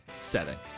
setting